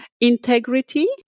integrity